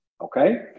okay